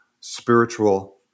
spiritual